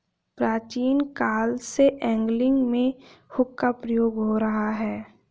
प्राचीन काल से एंगलिंग में हुक का प्रयोग हो रहा है